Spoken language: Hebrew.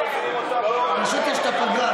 פשוט יש את הפגרה,